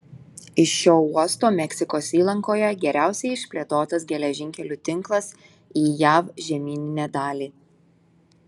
iš šio uosto meksikos įlankoje geriausiai išplėtotas geležinkelių tinklas į jav žemyninę dalį